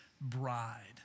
bride